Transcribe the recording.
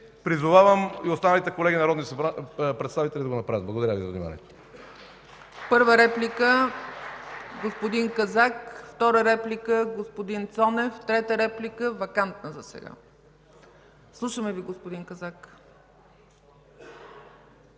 Призовавам и останалите колеги народни представители да го направят. Благодаря за вниманието.